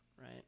right